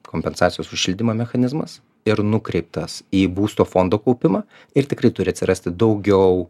kompensacijos už šildymą mechanizmas ir nukreiptas į būsto fondo kaupimą ir tikrai turi atsirasti daugiau